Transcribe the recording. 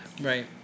Right